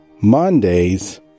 Mondays